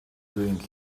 doing